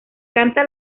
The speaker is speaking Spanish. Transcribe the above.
canta